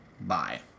Bye